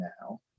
now